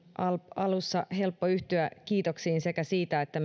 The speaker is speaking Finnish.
alussa helppo yhtyä kiitoksiin sekä siitä että